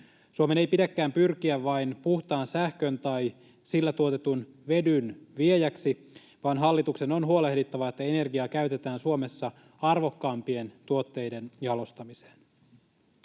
Suomen ei pidäkään pyrkiä vain puhtaan sähkön tai sillä tuotetun vedyn viejäksi, vaan hallituksen on huolehdittava, että energiaa käytetään Suomessa arvokkaampien tuotteiden jalostamiseen.